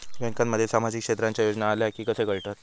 बँकांमध्ये सामाजिक क्षेत्रांच्या योजना आल्या की कसे कळतत?